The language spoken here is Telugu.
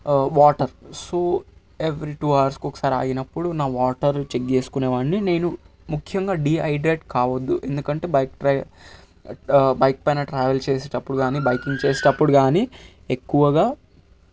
వాటర్ సో ఎవ్రి టూ హావర్స్కి ఒకసారి ఆగినప్పుడు నా వాటర్ చెక్ చేసుకునే వాడ్ని నేను ముఖ్యంగా డిఐడ్రెడ్ కావొద్దు ఎందుకంటే బైక్ డ్రె బైక్ పైన ట్రావెల్ చేసేటప్పుడు కాని బైకింగ్ చేసేటప్పుడు కానీ ఎక్కువగా